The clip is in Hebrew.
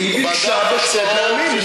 היא ביקשה בשתי פעמים.